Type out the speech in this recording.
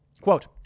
Quote